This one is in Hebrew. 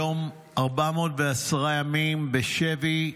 היום 410 ימים בשבי,